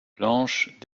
blanche